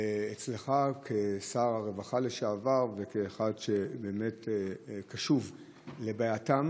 אליך כשר הרווחה לשעבר וכאחד שבאמת קשוב לבעייתו